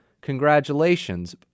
congratulations